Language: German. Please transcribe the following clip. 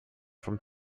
vom